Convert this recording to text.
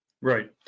Right